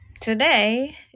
today